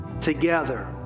together